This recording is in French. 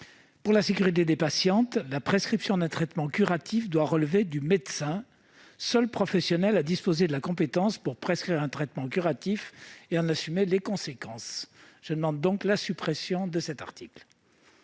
Pour la sécurité des patientes, la prescription d'un traitement curatif doit relever du médecin, seul professionnel à disposer de la compétence pour prescrire un traitement curatif et à en assumer les conséquences. Quel est l'avis de la commission ? L'article